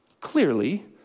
Clearly